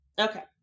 Okay